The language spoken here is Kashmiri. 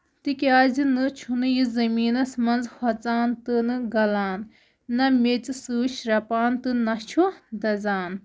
تِکیازِ نہٕ چھُنہٕ یہِ زٔمیٖنس منٛز ہوٚژان تہٕ نہٕ گَلان نہ میٚژِ سۭتۍ شرپان تہٕ نہ چھُ دَزان